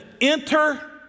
enter